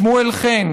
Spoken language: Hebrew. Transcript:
שמואל חן,